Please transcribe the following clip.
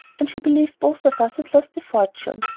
and she believed both of us had lost the fortune.